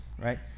right